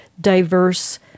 diverse